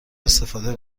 استفاده